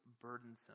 burdensome